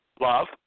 love